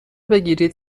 بگیرید